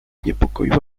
niepokoiła